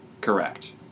Correct